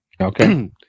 Okay